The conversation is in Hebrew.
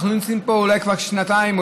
אנחנו נמצאים פה אולי כבר שנתיים או